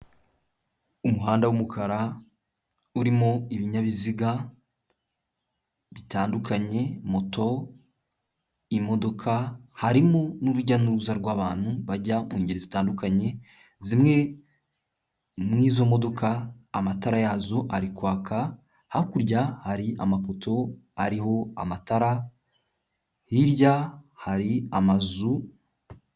Umuhanda w'umukara urimo ibinyabiziga bitandukanye moto, imodoka, harimo n'urujya n'uruza rw'abantu bajya mu ngeri zitandukanye. Zimwe muri izo modoka amatara yazo ari kwaka, hakurya hari amapoto ariho amatara, hirya hari amazu...